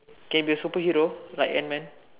can be a super hero like ant man